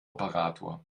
operator